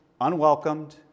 unwelcomed